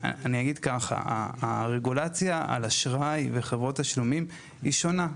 אני אגיד ככה: הרגולציה על האשראי ועל חברות התשלומים היא שונה.